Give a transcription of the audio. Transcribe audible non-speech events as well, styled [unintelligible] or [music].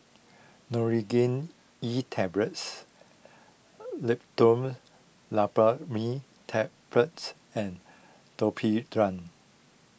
Nurogen E Tablets [unintelligible] Loperamide Tablets and Domperidone